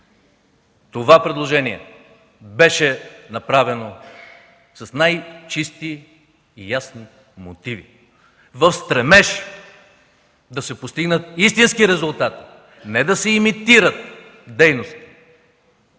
Това предложение беше направено с най-чисти и ясни мотиви в стремеж да се постигнат истински резултати, не да се имитират дейности.